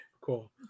Cool